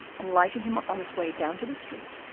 and lighting him on his way down to the street,